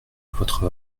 votre